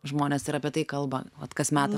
žmonės yra apie tai kalba vat kas meta